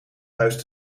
huis